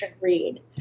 read